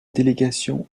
délégation